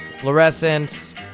Fluorescence